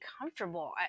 comfortable